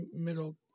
middle